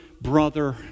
brother